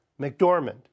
McDormand